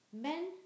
Men